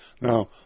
Now